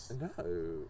No